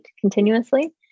continuously